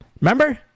remember